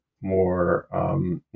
more